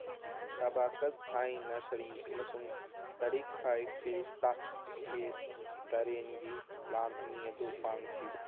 ꯇꯕꯥꯀꯛ ꯑꯥꯏ ꯅꯁꯔꯤ ꯑꯃꯁꯨꯡ ꯇꯔꯤꯛ ꯑꯥꯏ ꯐꯦꯔꯤꯁꯇꯥꯠ ꯑꯦ ꯇꯔꯦꯟꯒꯤ ꯂꯥꯟ ꯑꯅꯤ ꯑꯗꯨ ꯄꯥꯟꯈꯤ